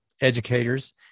educators